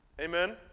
Amen